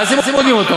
מה זה מודיעין אותו?